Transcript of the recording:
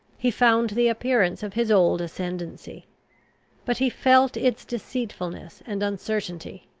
he found the appearance of his old ascendancy but he felt its deceitfulness and uncertainty,